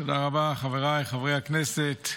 תודה רבה, חבריי חברי הכנסת.